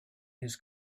his